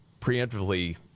preemptively